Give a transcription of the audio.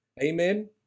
Amen